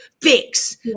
fix